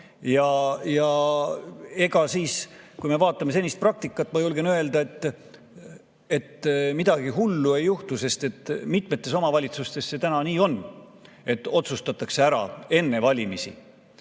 võib saada. Kui me vaatame senist praktikat, siis ma julgen öelda, et midagi hullu ei juhtu, sest mitmes omavalitsuses see täna nii on, et [palgad] otsustatakse ära enne valimisi.